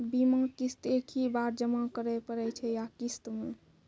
बीमा किस्त एक ही बार जमा करें पड़ै छै या किस्त मे?